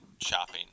shopping